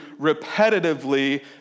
repetitively